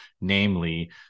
Namely